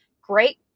great